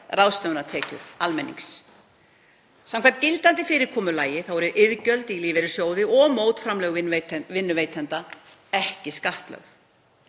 ráðstöfunartekjur almennings. Samkvæmt gildandi fyrirkomulagi eru iðgjöld í lífeyrissjóði og mótframlög vinnuveitenda ekki skattlögð.